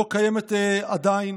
לא קיימת עדיין.